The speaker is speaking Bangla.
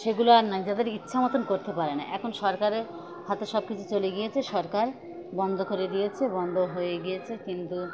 সেগুলো আর নেই যাদের ইচ্ছা মতন করতে পারে না এখন সরকারের হাতে সব কিছু চলে গিয়েছে সরকার বন্ধ করে দিয়েছে বন্ধ হয়ে গিয়েছে কিন্তু